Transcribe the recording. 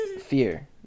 Fear